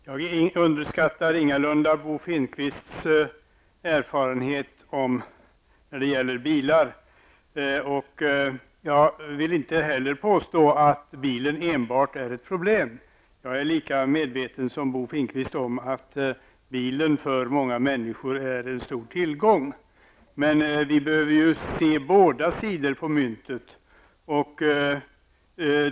Herr talman! Jag underskattar ingalunda Bo Finnkvists erfarenhet av bilar. Jag vill inte heller påstå att bilen är enbart ett problem. Jag är lika medveten som Bo Finnkvist om att bilen för många människor är en stor tillgång. Men vi behöver se båda sidor av myntet.